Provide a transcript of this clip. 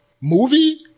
movie